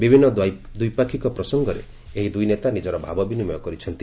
ବିଭିନ୍ନ ଦ୍ୱିପାକ୍ଷିକ ପ୍ରସଙ୍ଗରେ ଏହି ଦୁଇନେତା ନିଜର ଭାବ ବିନିମୟ କରିଛନ୍ତି